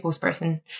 person